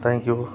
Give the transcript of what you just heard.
thank you